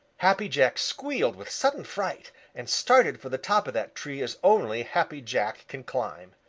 happy jack squealed with sudden fright and started for the top of that tree as only happy jack can climb.